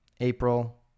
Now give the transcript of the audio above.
april